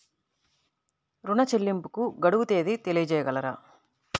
ఋణ చెల్లింపుకు గడువు తేదీ తెలియచేయగలరా?